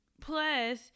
plus